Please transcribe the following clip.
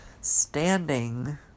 standing